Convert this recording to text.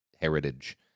heritage